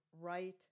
right